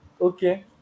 okay